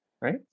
right